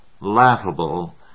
laughable